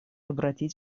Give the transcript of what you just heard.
обратить